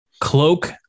cloak